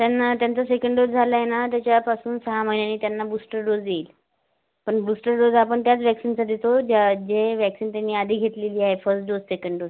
त्यांना त्यांचा second dose झाला आहे ना त्याच्यापासून सहा महिन्यांनी त्यांना बूस्टर डोज येईल पण बूस्टर डोज आपण त्याच वॅक्सिनचा देतो ज्या जे वॅक्सिन त्यांनी आधी घेतलेली आहे फस्ट डोस सेकंड डोस